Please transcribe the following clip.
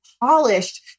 polished